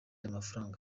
amafaranga